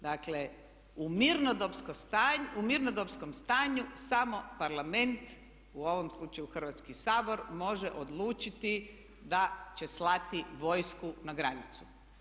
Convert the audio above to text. Dakle u mirnodopskom stanju samo parlament, u ovom slučaju Hrvatski sabor može odlučiti da će slati vojsku na granicu.